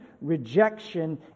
rejection